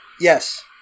Yes